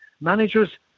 managers